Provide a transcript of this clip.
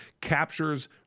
captures